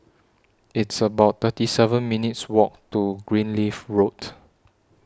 It's about thirty seven minutes' Walk to Greenleaf Road